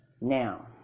now